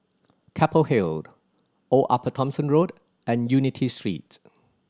Keppel Hill Old Upper Thomson Road and Unity Street